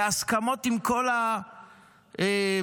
בהסכמות עם כל האדמו"רים,